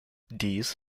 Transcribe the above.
dies